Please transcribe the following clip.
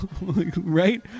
right